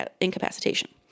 incapacitation